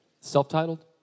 Self-titled